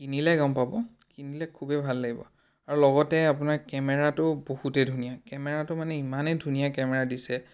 কিনিলে গম পাব কিনিলে খুবেই ভাল লাগিব আৰু লগতে আপোনাৰ কেমেৰাটো বহুতেই ধুনীয়া কেমেৰাটো মানে ইমানেই ধুনীয়া কেমেৰা দিছে